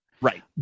Right